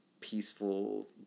peaceful